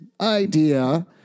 idea